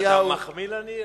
שנתניהו, אדוני, אתה מחמיא לנו?